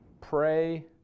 pray